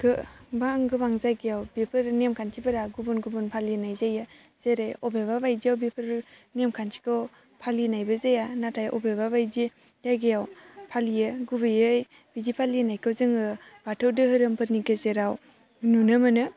गोबां गोबां जायगायाव बेफोर नेमखान्थिफोरा गुबुन गुबुन फालिनाय जायो जेरै बबेबा बायदियाव बेफोरो नेमखान्थिखौ फालिनायबो जाया नाथाय बबेबा बायदि जायगायाव फालियो गुबैयै बिदि फालिनायखौ जोङो बाथौ दोहोरोमफोरनि गेजेराव नुनो मोनो